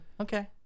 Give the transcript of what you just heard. Okay